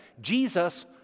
Jesus